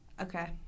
Okay